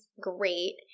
great